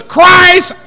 Christ